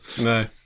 No